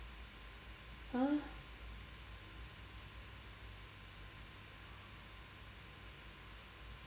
!huh!